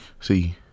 See